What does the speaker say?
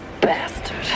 bastard